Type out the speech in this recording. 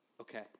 okay